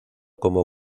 como